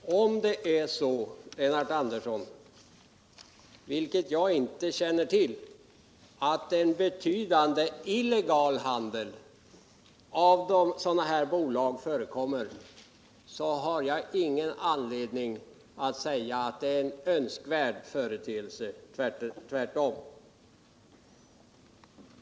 Herr talman! Om det är så, Lennart Andersson, vilket jag inte känner till, att en betydande illegal handel med sådana här bolag förekommer, har jag naturligtvis ingen anledning att säga att detta skulle vara en önskvärd företeelse — tvärtom.